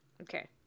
Okay